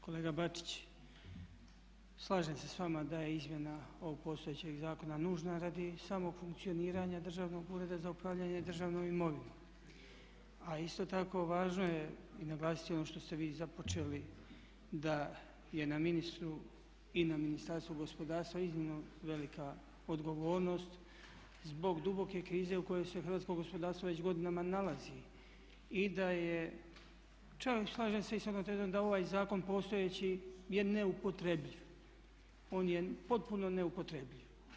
Kolega Bačić, slažem se s vama da je izmjena ovog postojećeg zakona nužna radi samog funkcioniranja Državnog ureda za upravljanje državnom imovinom, a isto tako važno je i naglasiti ono što ste vi započeli da je na ministru i na Ministarstvu gospodarstva iznimno velika odgovornost zbog duboke krize u kojoj se hrvatsko gospodarstvo već godinama nalazi i da je čak i slažem se i s onom tezom da ovaj zakon postojeći je neupotrebljiv, on je potpuno neupotrebljiv.